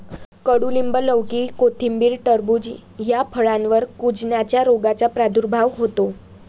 कडूलिंब, लौकी, कोथिंबीर, टरबूज या फळांवर कुजण्याच्या रोगाचा प्रादुर्भाव होतो